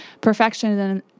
Perfectionism